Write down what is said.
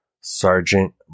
sergeant